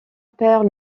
père